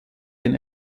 den